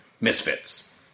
misfits